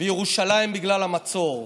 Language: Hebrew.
בירושלים בגלל המצור.